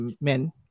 men